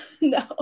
no